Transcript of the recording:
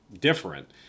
different